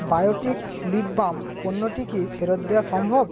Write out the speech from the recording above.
Biotique lip balm পণ্যটি কি ফেরত দেওয়া সম্ভব